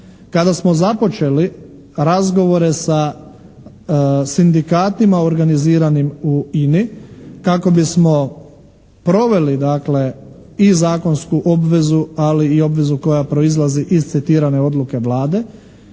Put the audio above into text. Kada smo započeli razgovore sa sindikatima organiziranim u INA-i kako bismo proveli dakle i zakonsku obvezu, ali i obvezu koja proizlazi iz citirane odluke Vlade,